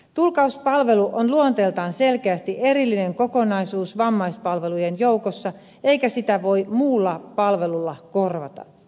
tulkkauspalvelu on luonteeltaan selkeästi erillinen kokonaisuus vammaispalvelujen joukossa eikä sitä voi muulla palvelulla korvata